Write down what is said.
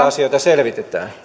asioita selvitetään